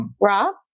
Rob